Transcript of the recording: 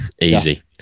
Easy